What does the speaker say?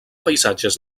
paisatges